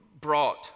brought